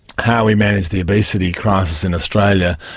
how we managed the obesity crisis in australia,